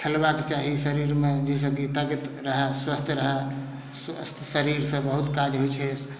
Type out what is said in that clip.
खेलबाक चाही शरीरमे जइसँ कि तागत रहय स्वस्थ रहय स्वस्थ शरीरसँ बहुत काज होइ छै